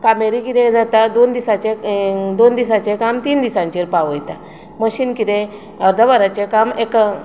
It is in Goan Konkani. कामेरी कितें जाता दोन दिसांचें ये दोन दिसांचें काम तीन दिसांचेर पावयता मशीन कितें अर्द वराचें काम एका